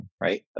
right